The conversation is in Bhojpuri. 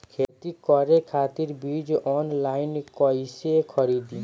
खेती करे खातिर बीज ऑनलाइन कइसे खरीदी?